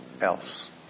else